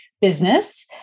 business